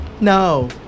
No